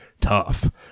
tough